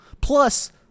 Plus